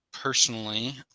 personally